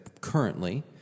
currently